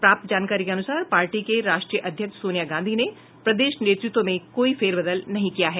प्राप्त जानकारी के अनुसार पार्टी के राष्ट्रीय अध्यक्ष सोनिया गांधी ने प्रदेश नेतृत्व में कोई फेरबदल नहीं किया है